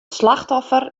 slachtoffer